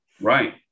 Right